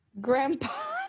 grandpa